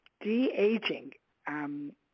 de-aging